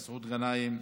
מסעוד גנאים,